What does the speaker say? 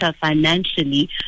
financially